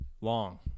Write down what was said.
Long